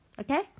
Okay